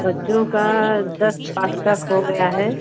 बच्चों का दस आठ तक हो गया है